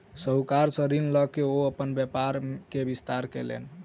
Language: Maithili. साहूकार सॅ ऋण लय के ओ अपन व्यापार के विस्तार कयलैन